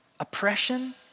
oppression